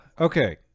Okay